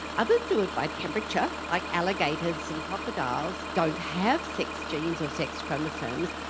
others do it by temperature, like alligators and crocodiles don't have sex genes or sex chromosomes,